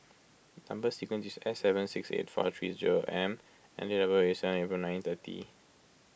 Number Sequence is S seven six eight four three zero M and date of birth is seven April nineteen thirty